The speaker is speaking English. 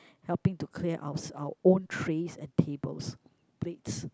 helping to clear out our own trays and tables plates